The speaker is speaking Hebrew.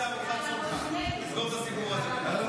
נסגור את הסיפור הזה.